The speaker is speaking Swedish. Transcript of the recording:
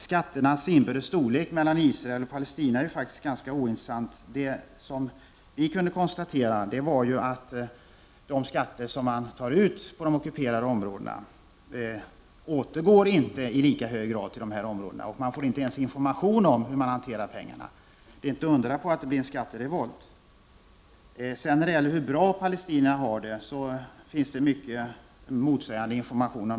Skatternas inbördes storlek när det gäller Israel å ena sidan och Palestina å den andra är faktiskt en ganska ointressant sak. Vad vi kunde konstatera var att de skatter som man tar ut beträffande de ockuperade områdena inte återgår i lika hög grad till områdena i fråga. Man får inte ens information om hur pengarna hanteras — inte undra på att det blir en skatterevolt. När det sedan gäller talet om hur bra palestinierna har det finns det mycket motsägande information.